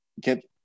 get